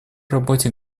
работе